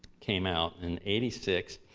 came out in eighty six.